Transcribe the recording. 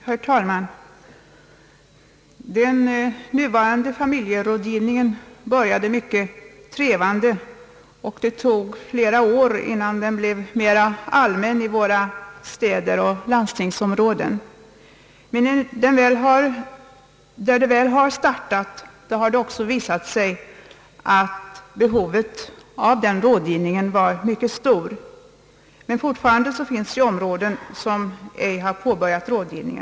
Herr talman! Den nuvarande familjerådgivningen började mycket trevande, och det tog flera år innan den blev mera allmän i våra städer och landstingsområden. Men när den väl har startat har det visat sig att behovet av rådgivning har varit mycket stort. Fortfarande finns det dock områden där man inte påbörjat denna rådgivning.